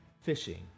fishing